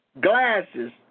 glasses